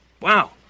Wow